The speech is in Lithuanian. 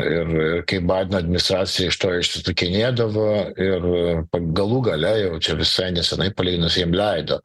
ir kaip baideno administracija iš to išsisukinėdavo ir galų gale jau čia visai nesenai palyginus jiem leido